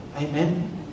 Amen